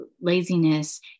laziness